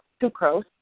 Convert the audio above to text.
sucrose